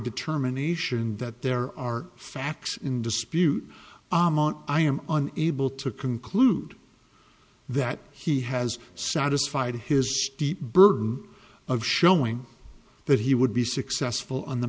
determination that there are facts in dispute i am an able to conclude that he has satisfied his deep burden of showing that he would be successful on the